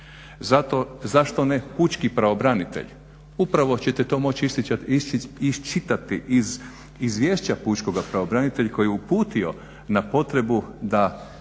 Zašto ne pučki pravobranitelj? Upravo će te to moći iščitati iz izvješća pučkoga pravobranitelja koji je uputio na potrebu da